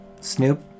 Snoop